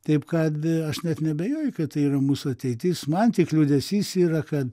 taip kad aš net neabejoju kad tai yra mūsų ateitis man tik liūdesys yra kad